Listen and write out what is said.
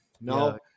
No